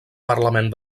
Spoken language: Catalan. parlament